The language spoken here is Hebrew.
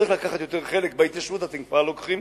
צריך לקחת יותר חלק בהתיישבות, ואתם כבר לוקחים.